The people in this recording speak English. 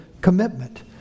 commitment